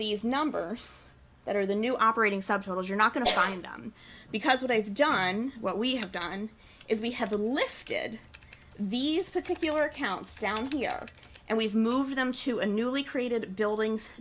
these numbers that are the new operating subtotals you're not going to find them because what i've done what we have done is we have the lifted these particular accounts down here and we've moved them to a newly created buildings